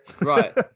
Right